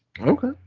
Okay